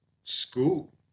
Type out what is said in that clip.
School